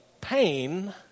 pain